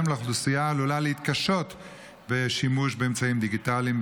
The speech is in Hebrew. לאוכלוסייה שעלולה להתקשות בשימוש באמצעים דיגיטליים,